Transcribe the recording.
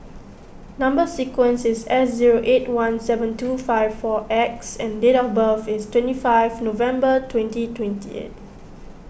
Number Sequence is S zero eight one seven two five four X and date of birth is twenty five November twenty twenty eight